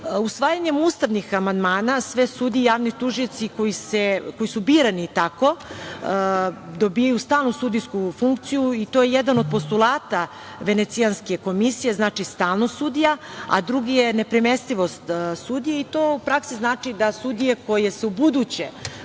javnost. Usvajanjem ustavnih amandmana sve sudije i javni tužioci koji su birani tako dobijaju stalnu sudijsku funkciju i to je jedan od postulata Venecijanske komisije, znači stalnost sudija, a drugi je nepremestivost sudije. To u praksi znači da sudije koje se ubuduće